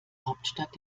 hauptstadt